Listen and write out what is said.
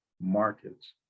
markets